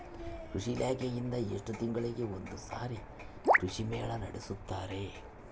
ಕೃಷಿ ಇಲಾಖೆಯಿಂದ ಎಷ್ಟು ತಿಂಗಳಿಗೆ ಒಂದುಸಾರಿ ಕೃಷಿ ಮೇಳ ನಡೆಸುತ್ತಾರೆ?